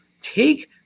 Take